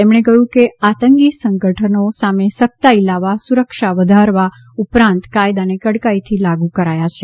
તેમણે કહ્યું કે આતંકી સંગઠનો સામે સખ્તાઇ લાવવા સુરક્ષા વધારવા ઉપરાંત કાયદાને કડકાઇથી લાગુ કરાયા છે